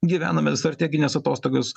gyvename strategines atostogas